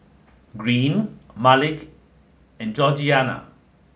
Greene Malik and Georgiana